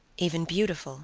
even beautiful